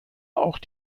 auch